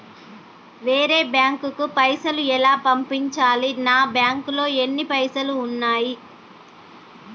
వేరే బ్యాంకుకు పైసలు ఎలా పంపించాలి? నా బ్యాంకులో ఎన్ని పైసలు ఉన్నాయి?